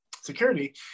security